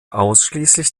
ausschließlich